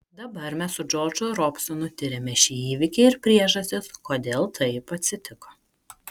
dabar mes su džordžu robsonu tiriame šį įvykį ir priežastis kodėl taip atsitiko